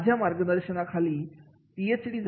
माझ्या मार्गदर्शनाखाली PhD Ph